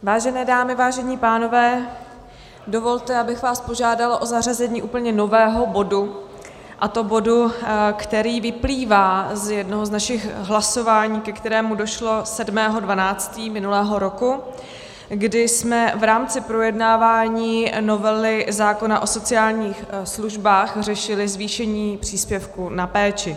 Vážené dámy, vážení pánové, dovolte, abych vás požádala o zařazení úplně nového bodu, a to bodu, který vyplývá z jednoho z našich hlasování, ke kterému došlo 7. 12. minulého roku, kdy jsme v rámci projednávání novely zákona o sociálních službách řešili zvýšení příspěvku na péči.